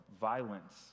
violence